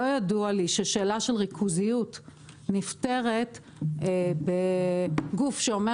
לא ידוע לי ששאלה של ריכוזיות נפתרת בגוף שאומר